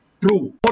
true